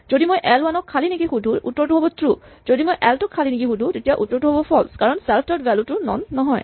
যদি মই L one খালী নেকি সুধো উত্তৰটো হ'ব ট্ৰো যদি মই এল টু খালী নেকি সুধো উত্তৰটো হ'ব ফল্চ কাৰণ চেল্ফ ডট ভ্যেলু টো নন নহয়